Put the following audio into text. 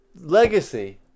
legacy